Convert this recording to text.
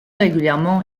régulièrement